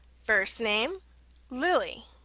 first name lily,